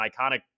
iconic